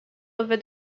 over